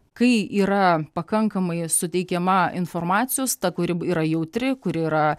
kai yra pakankamai suteikiama informacijos ta kuri yra jautri kuri yra